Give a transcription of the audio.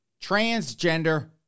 Transgender